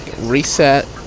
reset